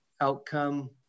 outcome